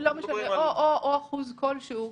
או אחוז כלשהו,